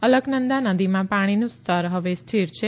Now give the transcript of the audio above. અલકનંદા નદીમાં પાણીનું સ્તર હવે સ્થિર છે